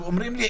אומרים לי,